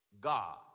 God